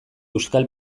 euskal